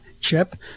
chip